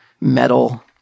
metal